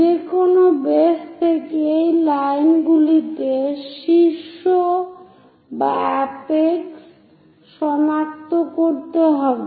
যেকোনো বেস থেকে এই লাইনগুলিতে শীর্ষ সনাক্ত করতে হবে